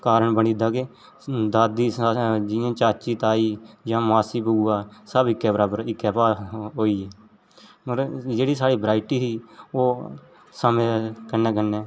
कारण बनी दा के दादी असें जि'यां चाची ताई जां मासी बुआ सब इक्के बराबर इक्के भाऽ होई नुहाड़े जेह्ड़ी साढ़ी वैरायटी ही ओह् समय दे कन्नै कन्नै